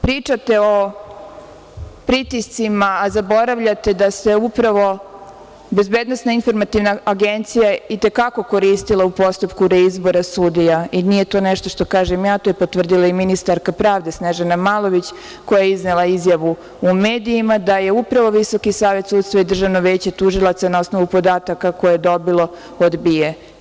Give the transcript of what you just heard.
Pričate o pritiscima, a zaboravljate da se upravo BIA i te kako koristila u postupku reizbora sudija i nije to nešto što kažem ja, to je potvrdila i ministarka pravde Snežana Malović, koja je iznela izjavu u medijima, da je upravo Visoki savet sudstva i Državno veće tužilaca, na osnovu podataka koje je dobilo, odbije.